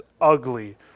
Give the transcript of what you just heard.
ugly